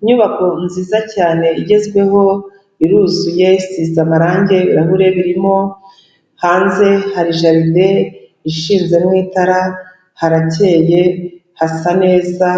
Inyubako nziza cyane igezweho iruzuye, isize amarange, ibirahure birimo, hanze hari jaride ishinzemwo itara, harakeye, hasa neza,